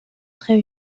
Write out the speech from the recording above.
très